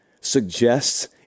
suggests